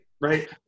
right